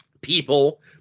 people